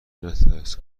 نترس